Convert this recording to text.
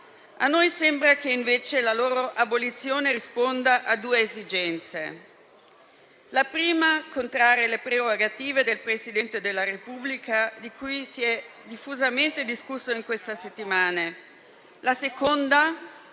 A noi sembra che invece la loro abolizione risponda a due esigenze: la prima è contrarre le prerogative del Presidente della Repubblica, di cui si è diffusamente discusso in queste settimane; la seconda